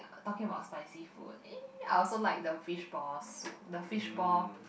talking about spicy food eh I also like the fishball soup the fishball